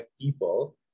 people